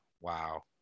wow